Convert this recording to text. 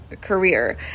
career